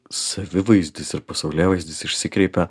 savivaizdis ir pasaulėvaizdis išsikreipia